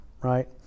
right